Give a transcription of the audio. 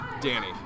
Danny